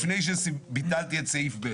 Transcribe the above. לפני שביטלתי את סעיף ב.